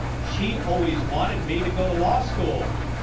she always wanted me to go to law school.